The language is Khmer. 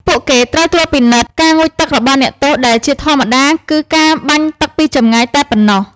ពួកគេត្រូវត្រួតពិនិត្យការងូតទឹករបស់អ្នកទោស ដែលជាធម្មតាគឺការបាញ់ទឹកពីចម្ងាយតែប៉ុណ្ណោះ។